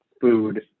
food